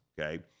Okay